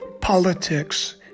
politics